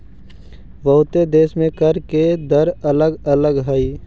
बहुते देश में कर के दर अलग अलग हई